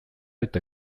eta